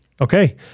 Okay